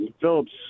Phillips